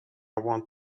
want